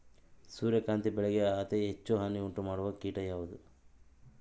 ಸೂರ್ಯಕಾಂತಿ ಬೆಳೆಗೆ ಅತೇ ಹೆಚ್ಚು ಹಾನಿ ಉಂಟು ಮಾಡುವ ಕೇಟ ಯಾವುದು?